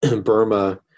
Burma